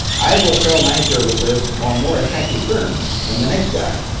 i will sell my services on more attractive terms than the next guy.